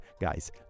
guys